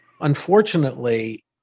unfortunately